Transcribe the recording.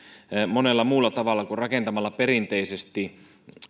monella muulla tavalla kuin rakentamalla perinteisesti